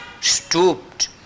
stooped